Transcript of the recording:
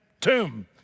tomb